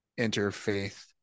interfaith